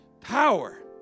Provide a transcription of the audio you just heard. power